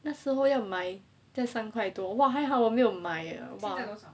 那时候要买这三块多 !wah! 还好我没有买 eh